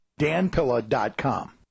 danpilla.com